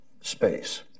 space